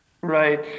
Right